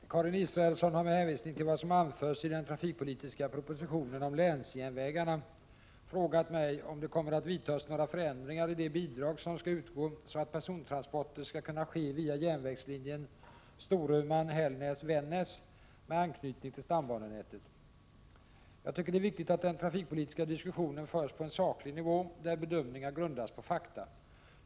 Herr talman! Karin Israelsson har med hänvisning till vad som anförs i den trafikpolitiska propositionen om länsjärnvägarna frågat mig om det kommer att vidtas några förändringar i det bidrag som skall utgå, så att persontransporter skall kunna ske via järnvägslinjen Storuman-Hällnäs-Vännäs med anknytning till stambanenätet. Jag tycker det är viktigt att den trafikpolitiska diskussionen förs på en saklig nivå där bedömningar grundas på fakta.